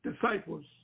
disciples